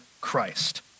Christ